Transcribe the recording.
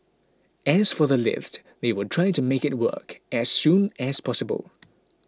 as for the lift they will try to make it work as soon as possible